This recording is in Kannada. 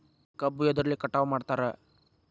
ಕಬ್ಬು ಎದ್ರಲೆ ಕಟಾವು ಮಾಡ್ತಾರ್?